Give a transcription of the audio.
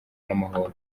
n’amahoro